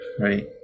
Right